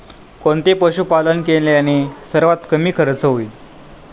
कोणते पशुपालन केल्याने सर्वात कमी खर्च होईल?